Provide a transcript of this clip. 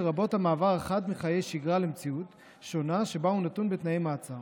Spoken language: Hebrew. לרבות המעבר החד מחיי שגרה למציאות שונה שבה הוא נתון בתנאי מעצר.